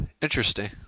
Interesting